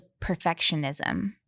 perfectionism